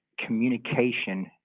communication